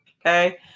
okay